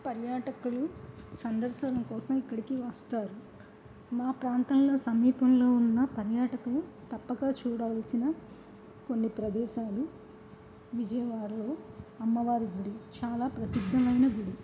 పర్యాటకులు సందర్శనం కోసం ఇక్కడికి వస్తారు మా ప్రాంతంలో సమీపంలో ఉన్న పర్యాటకులు తప్పగా చూడాల్సిన కొన్ని ప్రదేశాలు విజయవాాడలో అమ్మవారి గుడి చాలా ప్రసిద్ధమైన గుడి